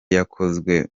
yakozwe